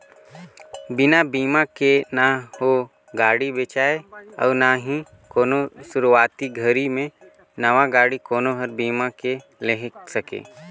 बिना बिमा के न हो गाड़ी बेचाय अउ ना ही कोनो सुरूवाती घरी मे नवा गाडी कोनो हर बीमा के लेहे सके